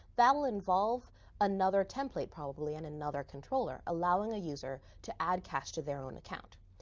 that'll involve another template, probably, and another controller, allowing a user to add cash to their own account.